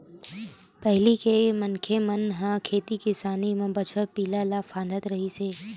पहिली के मनखे मन ह खेती किसानी म बछवा पिला ल फाँदत रिहिन हे